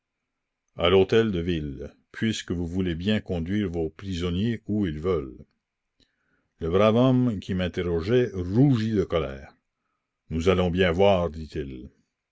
conduit a l'hôtel-de-ville puisque vous voulez bien conduire vos prisonniers où ils veulent le brave homme qui m'interrogeait rougit de colère nous allons bien voir dit-il